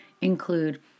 include